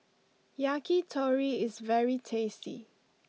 Yakitori is very tasty